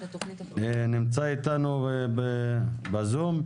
נמצא אתנו בזום,